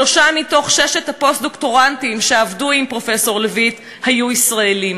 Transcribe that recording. שלושה מששת הפוסט-דוקטורנטים שעבדו עם פרופסור לויט היו ישראלים.